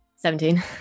Seventeen